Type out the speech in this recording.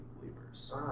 believers